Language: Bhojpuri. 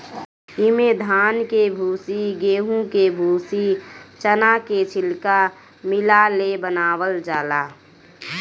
इमे धान के भूसी, गेंहू के भूसी, चना के छिलका मिला ले बनावल जाला